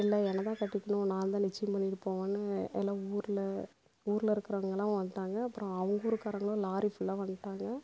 இல்லை என்ன தான் கட்டிக்கணும் நான் தான் நிச்சயம் பண்ணிட்டு போகன்னு எல்லாம் ஊரில் ஊரில் இருக்கிறவங்கலாம் வந்ட்டாங்க அப்புறம் அவங்க ஊர்க்காரவங்களும் லாரி ஃபுல்லாக வந்ட்டாங்க